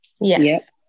Yes